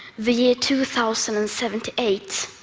the year two thousand and seventy eight,